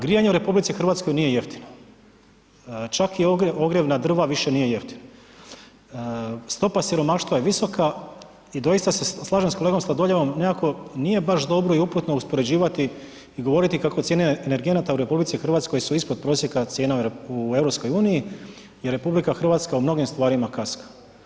Grijanje u RH nije jeftino, čak i ogrjev na drva više nije jeftin, stopa siromaštva je visoka i doista se slažem sa kolegom Sladoljevom nekako nije baš dobro i uputno uspoređivati i govoriti kako cijene energenata u RH su ispod prosjeka cijena u EU i RH u mnogim stvarima kaska.